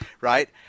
right